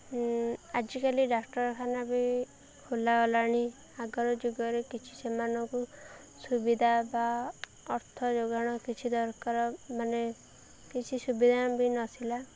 ଆଜିକାଲି ଡାକ୍ତରଖାନା ବି ଖୋଲାଗଲାଣି ଆଗର ଯୁଗରେ କିଛି ସେମାନଙ୍କୁ ସୁବିଧା ବା ଅର୍ଥ ଯୋଗାଣ କିଛି ଦରକାର ମାନେ କିଛି ସୁବିଧା ବି ନଥିଲା